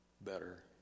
better